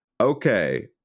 Okay